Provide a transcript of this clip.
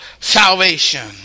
salvation